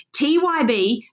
TYB